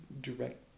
direct